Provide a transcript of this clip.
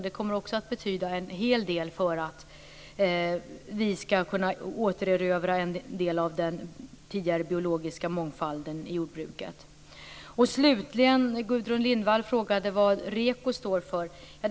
Det kommer också att betyda en hel del för att vi skall kunna återerövra en del av den tidigare biologiska mångfalden i jordbruket. Gudrun Lindvall frågade vad REKO står för.